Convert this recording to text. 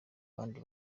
abandi